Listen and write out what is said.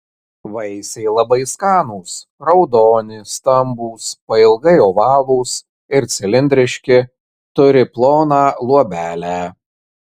vaisiai labai skanūs raudoni stambūs pailgai ovalūs ir cilindriški turi ploną luobelę